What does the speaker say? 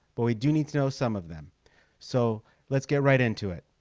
but we do need to know some of them so let's get right into it